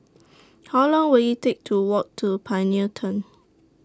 How Long Will IT Take to Walk to Pioneer Turn